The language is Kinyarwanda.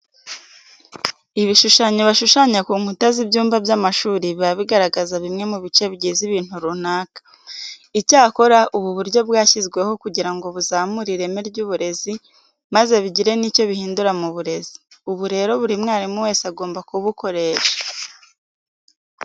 Ibishushanyo bashushanya ku nkuta z'ibyumba by'amashuri biba bigaragaza bimwe mu bice bigize ibintu runaka. Icyakora, ubu buryo bwashyizweho kugira ngo buzamure ireme ry'uburezi maze bigire n'icyo bihindura mu burezi. Ubu rero buri mwarimu wese agomba kubukoresha.